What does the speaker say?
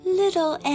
little